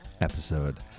episode